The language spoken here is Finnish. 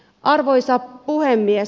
arvoisa puhemies